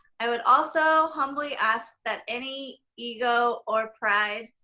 i would also humbly ask that any ego or pride